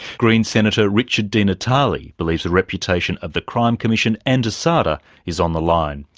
greens senator richard di natale believes the reputation of the crime commission and asada is on the line.